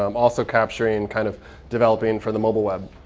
um also capturing and kind of developing for the mobile web